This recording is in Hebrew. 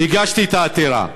הגשתי את העתירה: